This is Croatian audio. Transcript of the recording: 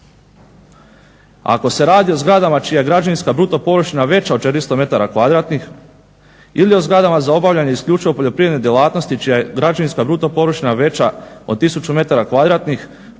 Ako se radi o zgradama čija je građevinska bruto površina veća od 400 metara kvadratnih ili o zgradama za obavljanje isključivo poljoprivredne djelatnosti, čija je građevinska bruto površina veća od 1000